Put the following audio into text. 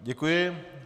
Děkuji.